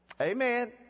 Amen